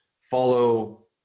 follow